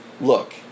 look